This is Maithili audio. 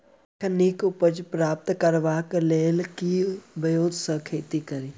एखन नीक उपज प्राप्त करबाक लेल केँ ब्योंत सऽ खेती कड़ी?